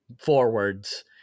forwards